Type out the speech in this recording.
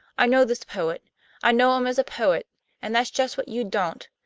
i know this poet i know him as a poet and that's just what you don't.